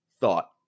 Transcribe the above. thought